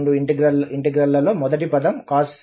రెండు ఇంటిగ్రల్లలో మొదటి పదం cos⁡αt